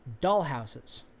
dollhouses